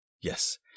Yes